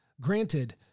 Granted